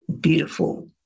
beautiful